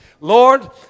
Lord